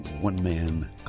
one-man